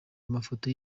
amafoto